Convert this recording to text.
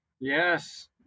Yes